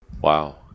Wow